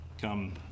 come